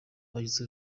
wagize